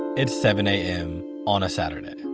it's seven a m. on a saturday.